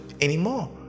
anymore